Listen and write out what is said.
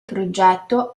progetto